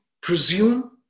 presume